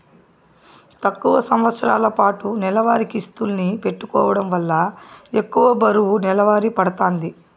తక్కువ సంవస్తరాలపాటు నెలవారీ కిస్తుల్ని పెట్టుకోవడం వల్ల ఎక్కువ బరువు నెలవారీ పడతాంది